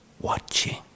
watching